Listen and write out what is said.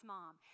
Mom